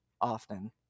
often